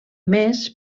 més